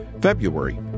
February